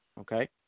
okay